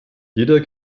jeder